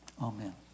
Amen